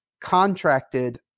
contracted